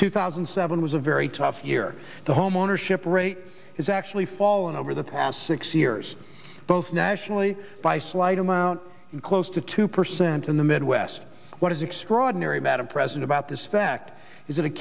two thousand and seven was a very tough year the homeownership rate is actually fallen over the past six years both nationally by slight amount in close to two percent in the midwest what is extraordinary madam president about this fact is